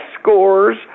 scores